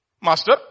master